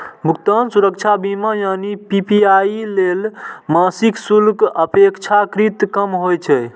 भुगतान सुरक्षा बीमा यानी पी.पी.आई लेल मासिक शुल्क अपेक्षाकृत कम होइ छै